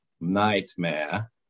nightmare